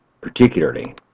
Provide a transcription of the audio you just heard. particularly